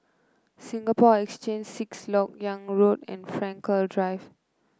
Singapore Exchange Sixth LoK Yang Road and Frankel Drive